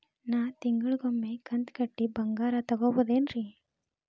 ನಾ ತಿಂಗಳಿಗ ಒಮ್ಮೆ ಕಂತ ಕಟ್ಟಿ ಬಂಗಾರ ತಗೋಬಹುದೇನ್ರಿ?